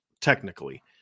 technically